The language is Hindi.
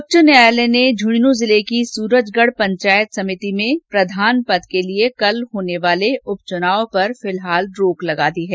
उच्च न्यायालय ने झंझनू जिले की सुरजगढ पंचायत समिति में प्रधान पद के लिए कल होने वाले उपचुनाव पर फिलहाल रोक लगा दी हैं